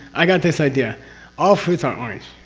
i got this idea all fruits are orange.